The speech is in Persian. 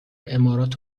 امارات